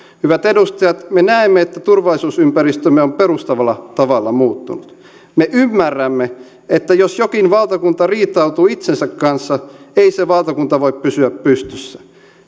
hyvät edustajat me näemme että turvallisuusympäristömme on perustavalla tavalla muuttunut me ymmärrämme että jos jokin valtakunta riitautuu itsensä kanssa ei se valtakunta voi pysyä pystyssä